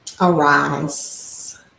Arise